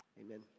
amen